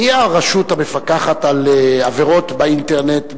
מי הרשות המפקחת על עבירות באינטרנט,